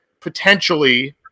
potentially